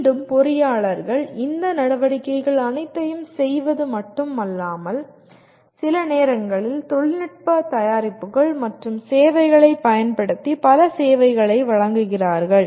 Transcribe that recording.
மீண்டும் பொறியாளர்கள் இந்த நடவடிக்கைகள் அனைத்தையும் செய்வது மட்டுமல்லாமல் சில நேரங்களில் தொழில்நுட்ப தயாரிப்புகள் மற்றும் சேவைகளைப் பயன்படுத்தி பல சேவைகளை வழங்குகிறார்கள்